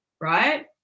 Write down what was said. right